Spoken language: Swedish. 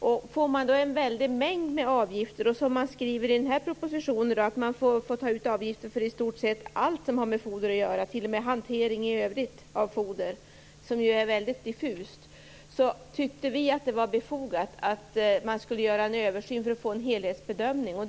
Om man, som det står i propositionen, får ta ut avgifter för i stort sett allt som har med foder att göra, t.o.m. hantering av foder i övrigt, som ju är väldigt diffust, tycker vi att det är befogat med en en översyn för att få en helhetsbedömning.